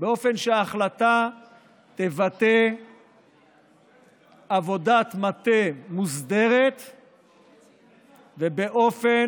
באופן שההחלטה תבטא עבודת מטה מוסדרת ובאופן